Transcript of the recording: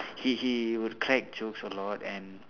he he will crack jokes a lot and